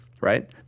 right